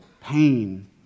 pain